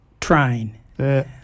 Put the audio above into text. train